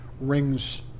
rings